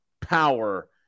power